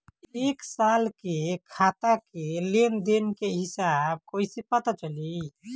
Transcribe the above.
एक साल के खाता के लेन देन के हिसाब कइसे पता चली?